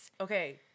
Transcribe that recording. okay